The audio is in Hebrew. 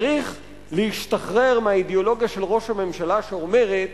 צריך להשתחרר מהאידיאולוגיה של ראש הממשלה שאומרת